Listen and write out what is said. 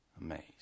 amazed